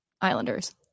Islanders